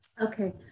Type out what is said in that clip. Okay